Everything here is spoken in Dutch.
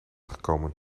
gekomen